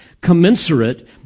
commensurate